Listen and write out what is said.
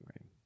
right